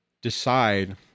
decide